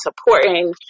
supporting